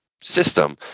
system